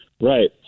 Right